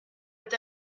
est